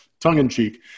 tongue-in-cheek